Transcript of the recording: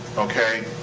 okay?